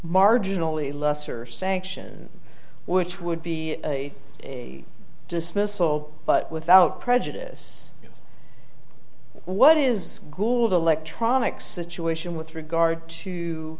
marginally lesser sanction which would be a dismissal but without prejudice what is gould electronics situation with regard to